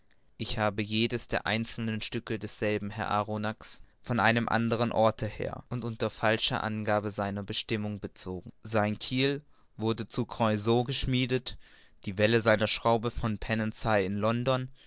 ich habe jedes der einzelnen stücke desselben herr arronax von einem andern orte her und unter falscher angabe seiner bestimmung bezogen sein kiel wurde zu creuzot geschmiedet die welle seiner schraube von pen cie in london